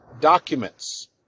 documents